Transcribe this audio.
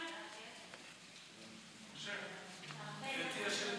להעביר את הצעת חוק עובדים זרים (הוראת שעה,